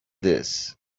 this